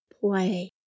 play